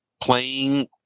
playing